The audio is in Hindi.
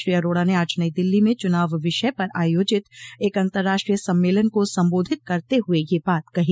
श्री अरोड़ा ने आज नई दिल्ली में चुनाव विषय पर आयोजित एक अन्तर्राष्ट्रीय सम्मेलन को सम्बोधित करते हुए यह बात कही